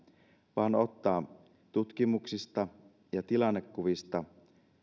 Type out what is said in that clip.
vaan ottaa tutkimuksista ja tilannekuvista